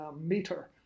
meter